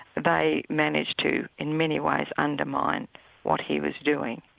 they managed to in many ways undermine what he was doing.